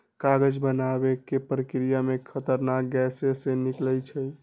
कागज बनाबे के प्रक्रिया में खतरनाक गैसें से निकलै छै